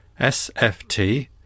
sft